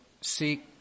seek